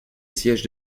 siège